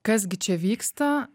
kas gi čia vyksta